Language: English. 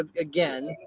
again